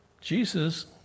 Jesus